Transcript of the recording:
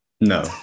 no